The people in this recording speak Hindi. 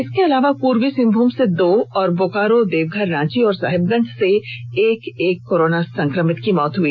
इसके अलावा पूर्वी सिंहभूम से दो और बोकारो देवघर रांची और साहेबगंज से एक एक कोरोना संक्रमित की मौत हो गई